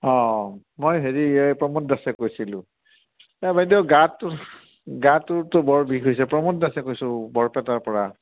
অঁ মই হেৰি এই প্ৰমোদ দাসে কৈছিলোঁ এই বাইদেউ গাটো গাটোতো বৰ বিষ হৈছে প্ৰমোদ দাসে কৈছোঁ বৰপেটাৰ পৰা